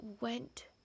went